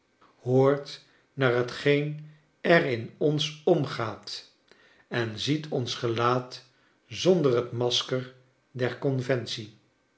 hoort naar hetgeen er in ons omgaat en ziet ons gelaat zonder het masker der